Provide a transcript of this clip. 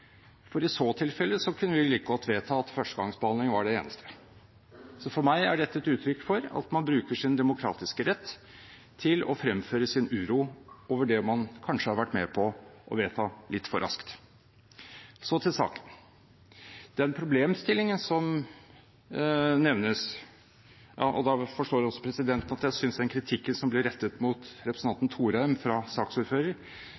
for i så tilfelle kunne vi like godt vedta at første gangs behandling var det eneste. Så for meg er dette et uttrykk for at man bruker sin demokratiske rett til å fremføre sin uro over det man kanskje har vært med på å vedta litt for raskt. Og da forstår også presidenten at jeg synes den kritikken som blir rettet mot